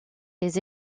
les